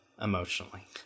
emotionally